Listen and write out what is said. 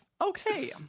Okay